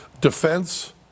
defense